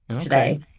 today